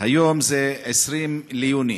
היום 20 ביוני,